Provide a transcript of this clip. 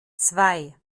zwei